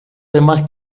tema